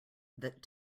that